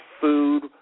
food